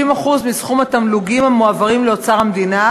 50% מסכום התמלוגים המועברים לאוצר המדינה